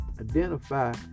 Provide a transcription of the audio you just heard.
identify